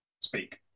Speak